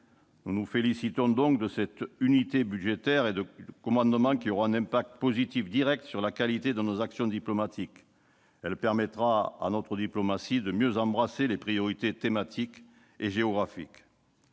Nous nous félicitons de cette unité budgétaire et de commandement, qui aura un impact positif direct sur la qualité de nos actions diplomatiques. Elle permettra à notre diplomatie de mieux embrasser les priorités thématiques et géographiques.